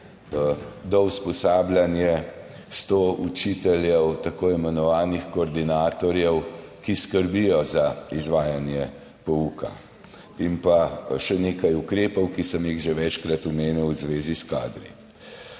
dousposabljanje stotih učiteljev, tako imenovanih koordinatorjev, ki skrbijo za izvajanje pouka, pa še nekaj ukrepov, ki sem jih že večkrat omenil v zvezi s kadri.